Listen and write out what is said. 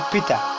Peter